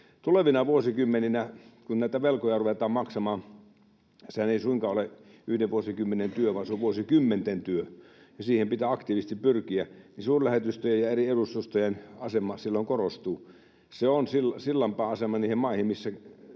Tulevina vuosikymmeninä, kun näitä velkoja ruvetaan maksamaan — sehän ei suinkaan ole yhden vuosikymmenen työ, vaan se on vuosikymmenten työ, ja siihen pitää aktiivisesti pyrkiä — suurlähetystöjen ja eri edustustojen asema korostuu. Ne ovat sillanpääasemia niihin maihin, missä